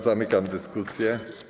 Zamykam dyskusję.